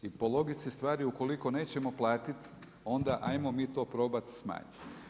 I po logici stvari ukoliko nećemo platit, onda ajmo mi to probati smanjiti.